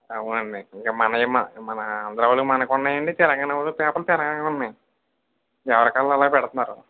అవునండీ ఇక మనయి మన మన ఆంధ్ర వాళ్ళది మనకి ఉన్నాయి అండి తెలంగాణ వాళ్ళ పేపర్లు తెలంగాణలో ఉన్నాయి ఎవరికి వాళ్ళు అలా పెడుతున్నారు